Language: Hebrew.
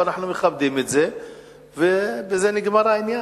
אנחנו מכבדים את זה ובזה נגמר העניין.